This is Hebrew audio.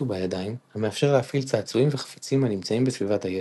ובידיים המאפשר להפעיל צעצועים וחפצים הנמצאים בסביבת הילד.